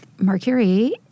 Mercury